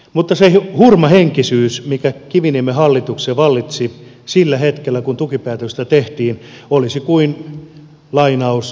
mutta se hurmahenkisyys mikä kiviniemen hallituksessa vallitsi sillä hetkellä kun tukipäätöstä tehtiin oli kuin lainaus seuraavasta laulusta